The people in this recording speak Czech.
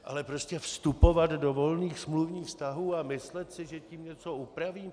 Ale prostě vstupovat do volných smluvních vztahů a myslet si, že tím něco upravím?